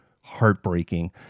heartbreaking